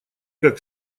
как